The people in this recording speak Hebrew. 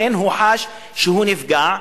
לכן הוא חש שהוא נפגע.